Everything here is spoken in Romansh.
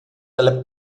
dalla